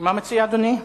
מה מציע אדוני?